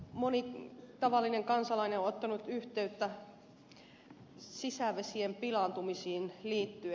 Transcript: moni tavallinen kansalainen on ottanut yhteyttä sisävesien pilaantumisiin liittyen